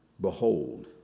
Behold